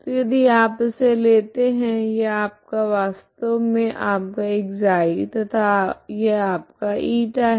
तो यदि आप इसे लेते है यह आपका वास्तव मे आपका ξ तथा यह आपका η है